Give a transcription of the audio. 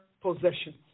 possessions